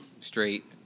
straight